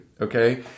okay